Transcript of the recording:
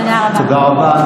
תודה רבה.) תודה רבה.